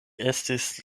estis